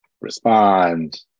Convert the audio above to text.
respond